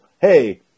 Hey